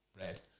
red